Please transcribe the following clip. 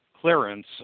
clearance